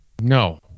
No